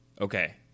Okay